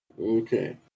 Okay